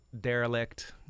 derelict